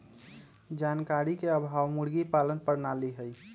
जानकारी के अभाव मुर्गी पालन प्रणाली हई